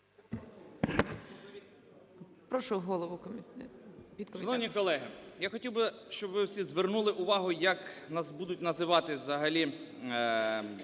Прошу голову від комітету.